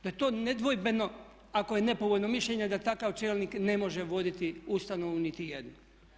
Da je to nedvojbeno ako je nepovoljno mišljenje da takav čelnik ne može voditi ustanovu nitijednu.